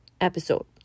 episode